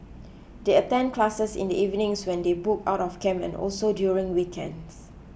they attend classes in the evenings when they book out of camp and also during the weekends